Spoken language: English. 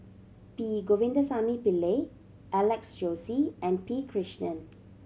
P Govindasamy Pillai Alex Josey and P Krishnan